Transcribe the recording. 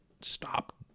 stop